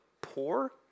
poor